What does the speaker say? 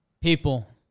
people